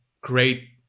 great